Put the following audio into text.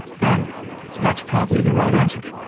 then that's probably the right answer.